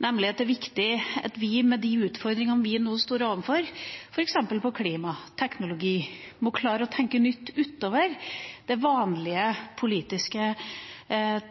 Det er nemlig viktig at vi med de utfordringene vi nå står overfor, f.eks. innen klima og teknologi, må klare å tenke nytt utover det vanlige politiske